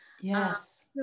Yes